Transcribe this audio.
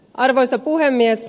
arvoisa puhemies